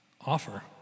offer